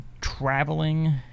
traveling